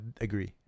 agree